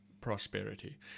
prosperity